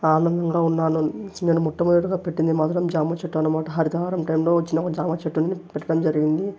ఆనందంగా ఉన్నాను నేను మొట్టమొదటగా పెట్టింది మాత్రం జామ చెట్టు అన్నమాట హరితహారం నుండి వచ్చిన జామచెట్టుని పెట్టడం జరిగింది